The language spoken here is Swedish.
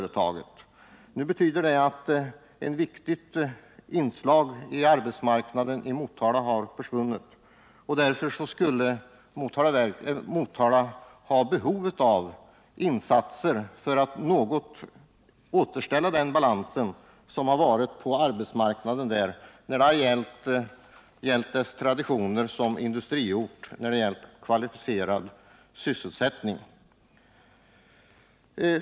Ett viktigt inslag i arbetsmarknaden i Motala har nu försvunnit, och därför skulle Motala ha behov av insatser för att i någon mån återställa balansen på arbetsmarknaden med hänsyn till Motalas traditioner som industriort med kvalificerad sysselsättning.